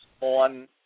on